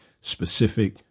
specific